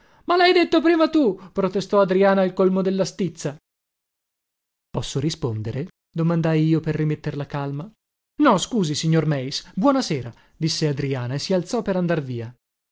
ma lhai detto prima tu protestò adriana al colmo della stizza posso rispondere domandai io per rimetter la calma no scusi signor meis buona sera disse adriana e si alzò per andar via